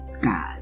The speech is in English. God